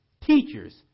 teachers